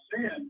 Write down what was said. sin